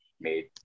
made